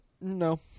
No